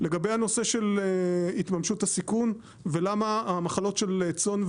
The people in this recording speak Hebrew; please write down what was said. לגבי הנושא של התממשות הסיכון ולמה המחלות של צאן,